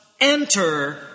enter